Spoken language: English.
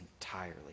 entirely